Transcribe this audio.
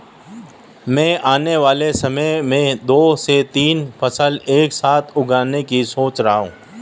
मैं आने वाले समय में दो से तीन फसल एक साथ उगाने की सोच रहा हूं